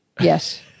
Yes